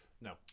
No